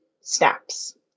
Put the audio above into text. snaps